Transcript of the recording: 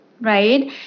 Right